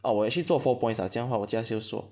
uh 我 actually 做 four points lah 这样的话我加 sales lor